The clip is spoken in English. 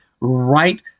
right